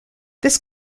this